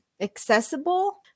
accessible